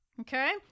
okay